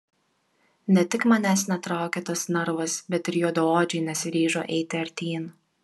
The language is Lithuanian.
ne tik manęs netraukė tas narvas bet ir juodaodžiai nesiryžo eiti artyn